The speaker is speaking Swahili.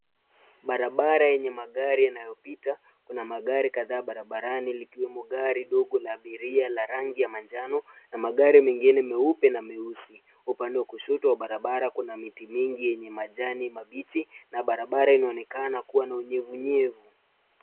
Barabara yenye magari inayopita. Kuna magari kadhaa barabarani likiwemo gari dogo la abiria la rangi ya manjano na magari mengine meupe na meusi. Upande wa kushoto wa barabara kuna miti mingi yenye majani mabichi na barabara inaonekana kuwa na unyevunyevu.